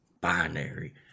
binary